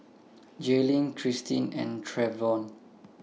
Jaylynn Kristin and Travon